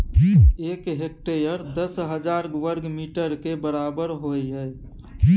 एक हेक्टेयर दस हजार वर्ग मीटर के बराबर होय हय